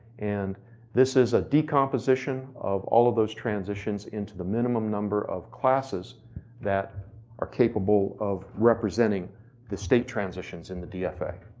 and this is a decomposition of all those transitions into the minimum number of classes that are capable of representing the state transitions in the dfa.